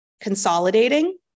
consolidating